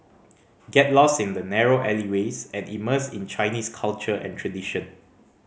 get lost in the narrow alleyways and immerse in Chinese culture and tradition